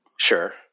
Sure